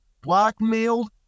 blackmailed